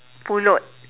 pulut